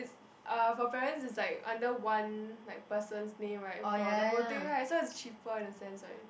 uh for parents is like under one like person's name right for the whole thing right so it's cheaper in a sense right